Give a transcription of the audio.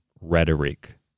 rhetoric